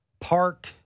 Park